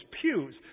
pews